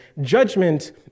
Judgment